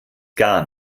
gar